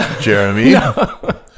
Jeremy